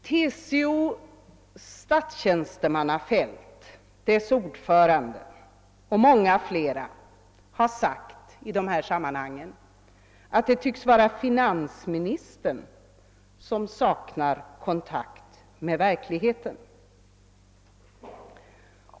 Från TCO:s tjänstemannafält, av dess ordförande och flera andra, har i dessa sammanhang sagts, att det tycks vara finansministern som saknar kontakt med verkligheten.